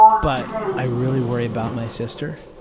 but i really worry about my sister.